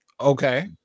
Okay